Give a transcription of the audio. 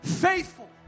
faithful